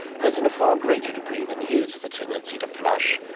has in a far greater degree than his the tendency to flush,